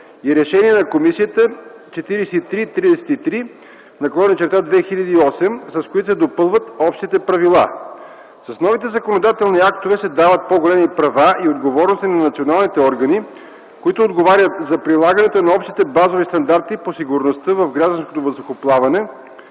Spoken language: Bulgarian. и Решение на Комисията 4333/2008, с които се допълват общите правила. С новите законодателни актове се дават по-големи права и отговорности на националните органи, които отговарят за прилагането на общите базови стандарти по сигурността в гражданското въздухоплаване,